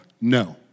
No